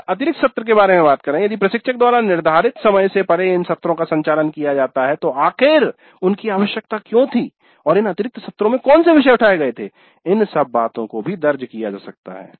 फिर अतिरिक्त सत्र के बारे में यदि प्रशिक्षक द्वारा निर्धारित समय से परे इन सत्रों का सञ्चालन किया जाता है तो आखिर उनकी आवश्यकता क्यों थी और इन अतिरिक्त सत्रों में कौन से विषय उठाए गए थे - इन सभी बातो को दर्ज किया जा सकता है